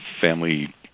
family